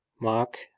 Mark